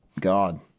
God